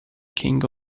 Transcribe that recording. king